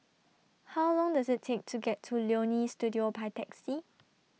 How Long Does IT Take to get to Leonie Studio By Taxi